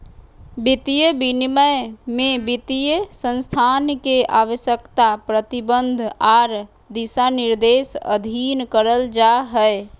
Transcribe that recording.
वित्तीय विनियमन में वित्तीय संस्थान के आवश्यकता, प्रतिबंध आर दिशानिर्देश अधीन करल जा हय